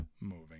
moving